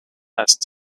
asked